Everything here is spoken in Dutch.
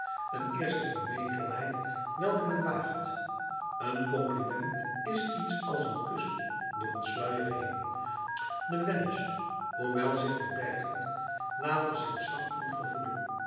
een eerste vermetelheid welke men waagt een compliment is iets als een kus door een sluier heen de wellust hoewel zich verbergend laat er zich zacht